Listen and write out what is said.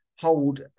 hold